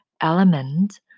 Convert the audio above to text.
element